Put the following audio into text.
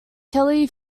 kelly